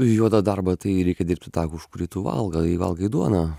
juodą darbą tai reikia dirbti tą už kurį tu valgai valgai duoną